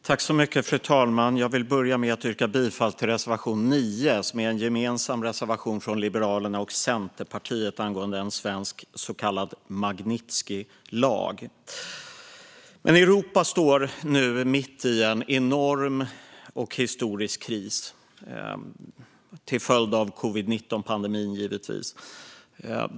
Fru talman! Jag vill börja med att yrka bifall till reservation 9, som är en gemensam reservation från Liberalerna och Centerpartiet angående en svensk så kallad Magnitskijlag. Europa står nu mitt i en enorm och historisk kris, givetvis till följd av covid-19-pandemin.